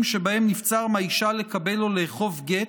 שבהם נבצר מהאישה לקבל או לאכוף גט,